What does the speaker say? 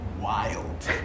wild